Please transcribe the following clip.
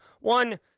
One